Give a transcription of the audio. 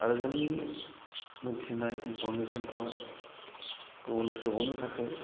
आरो जोंनि मोन्थिनाय इन्फर्मेसनखौ गुबुन सुबुंनो थाखाय